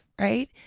right